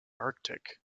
arctic